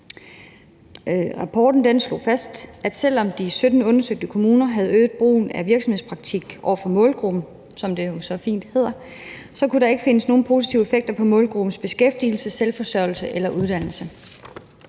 Rapporten slog fast, at selv om de 17 undersøgte kommuner havde øget brugen af virksomhedspraktik over for målgruppen, som det jo så fint hedder, kunne der ikke findes nogle positive effekter på målgruppens beskæftigelse, selvforsørgelse eller uddannelse.